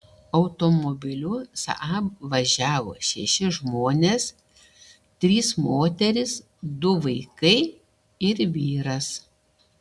automobiliu saab važiavo šeši žmonės trys moterys du vaikai ir vyras